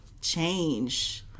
change